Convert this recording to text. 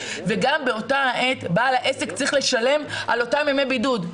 וגם באותה העת בעל העסק צריך לשלם על אותם ימי בידוד.